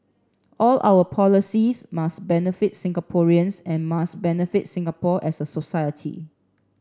all our policies must benefit Singaporeans and must benefit Singapore as a society